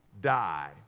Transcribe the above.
die